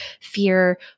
fear